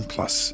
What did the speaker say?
Plus